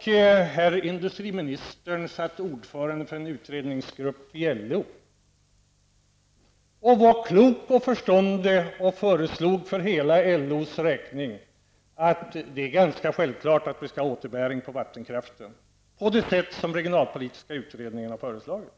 Herr industriministern satt ordförande för en utredningsgrupp i LO. Klok och förståndig som han var, uttalade han för LOs räkning att det var ganska självklart att vi skulle ha återbäring på vattenkraften på det sätt som den regionalpolitiska utredningen hade föreslagit.